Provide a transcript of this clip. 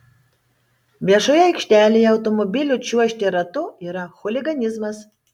viešoje aikštelėje automobiliu čiuožti ratu yra chuliganizmas